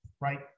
right